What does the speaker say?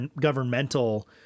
governmental